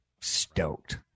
stoked